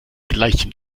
gleichem